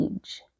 age